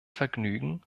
vergnügen